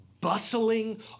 bustling